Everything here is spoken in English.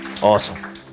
Awesome